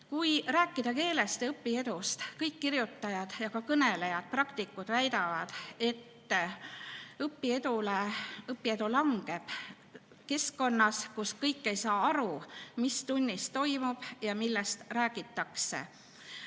rääkida keelest ja õpiedust, siis kõik kirjutajad ja kõnelejad, praktikud väidavad, et õpiedu langeb keskkonnas, kus kõik ei saa aru, mis tunnis toimub ja millest räägitakse.